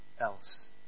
else